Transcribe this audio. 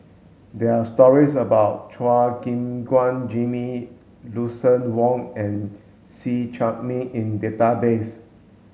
there are stories about Chua Gim Guan Jimmy Lucien Wang and See Chak Mun in database